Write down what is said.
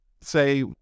say